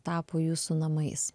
tapo jūsų namais